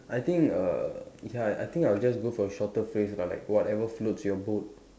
I think err ya I I think I'll just go for shorter phrase but like whatever floats your boat